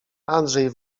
andrzej